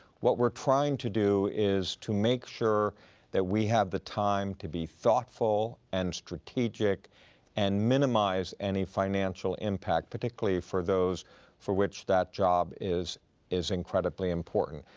what we're trying to do is to make sure that we have the time to be thoughtful and strategic and minimize any financial impact, particularly for those for which that job is is incredibly important.